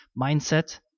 mindset